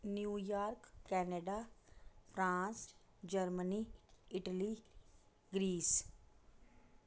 new York Canada France Germany Italy grease